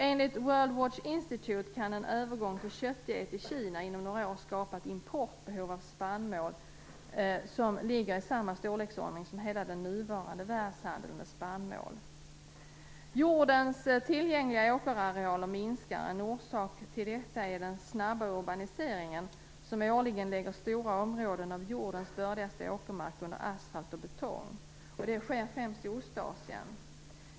Enligt Worldwatch Institute kan en övergång till köttdiet i Kina inom några år skapa ett importbehov av spannmål som ligger i samma storleksordning som hela den nuvarande världshandeln med spannmål. 3. Jordens tillgängliga åkerarealer minskar. En orsak till detta är den snabba urbaniseringen, som årligen lägger stora områden av jordens bördigaste åkermark under asfalt och betong. Detta sker främst i Ostasien.